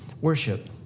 worship